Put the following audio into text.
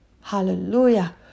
hallelujah